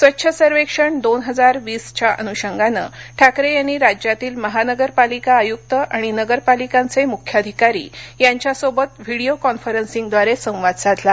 स्वच्छ सर्वेक्षण दोन हजार वीस च्या अनुषंगाने ठाकरे यांनी राज्यातील महानगरपालिका आयुक्त आणि नगरपालिकांचे मुख्याधिकारी यांच्यासोबत व्हिडिओ कॉन्फरन्सिंगद्वारे संवाद साधला